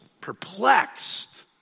perplexed